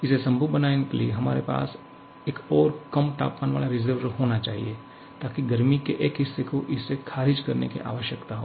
इसे संभव बनाने के लिए हमारे पास एक और कम तापमान वाला रिसर्वोयर होना चाहिए ताकि गर्मी के एक हिस्से को इसे खारिज करने की आवश्यकता हो